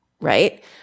right